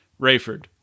Rayford